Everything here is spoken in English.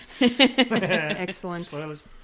excellent